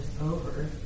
over